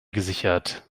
gesichert